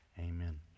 amen